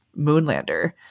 Moonlander